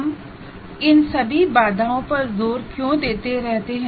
हम इन सभी बाधाओं पर जोर क्यों देते रहते हैं